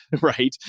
right